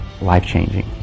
life-changing